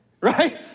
right